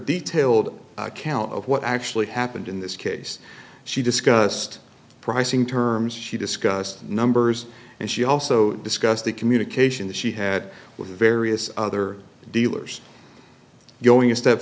detailed account of what actually happened in this case she discussed pricing terms she discussed numbers and she also discussed the communication that she had with various other dealers going a step